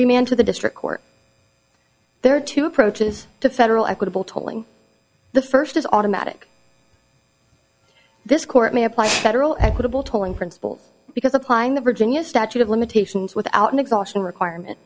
remain to the district court there are two approaches to federal equitable tolling the first is automatic this court may have played several equitable tolling principle because applying the virginia statute of limitations without an exhausting requirement